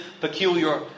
peculiar